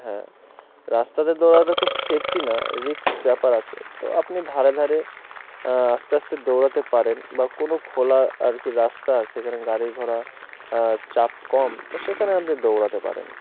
হ্যাঁ রাস্তাতে দৌড়াতে খুব সেফটি না রিস্ক ব্যাপার আছে তো আপনি ধারে ধারে আস্তে আস্তে দৌড়াতে পারেন বা কোনো খোলা আর কি রাস্তা সেখানে গাড় ঘোড়া চাপ কম তো সেখানে আপনি দৌড়াতে পারেন